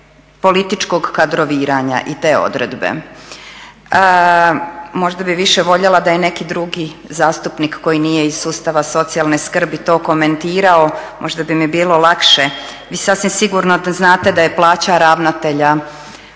političkog kadroviranja i te odredbe, možda bi više voljela da je neki drugi zastupnik koji nije iz sustava socijalne skrbi to komentirao, možda bi mi bilo lakše. Vi sasvim sigurno znate da je plaća ravnatelja